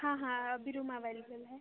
हाँ हाँ अभी रूम अवेलेबल है